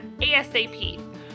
ASAP